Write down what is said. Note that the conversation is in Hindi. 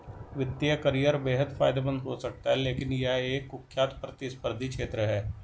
वित्तीय करियर बेहद फायदेमंद हो सकता है लेकिन यह एक कुख्यात प्रतिस्पर्धी क्षेत्र है